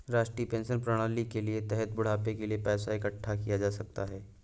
राष्ट्रीय पेंशन प्रणाली के तहत बुढ़ापे के लिए पैसा इकठ्ठा किया जा सकता है